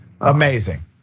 Amazing